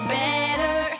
better